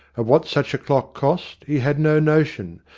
of what such a clock cost he had no notion,